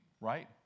Right